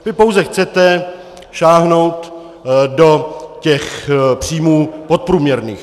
Vy pouze chcete sáhnout do těch příjmů podprůměrných.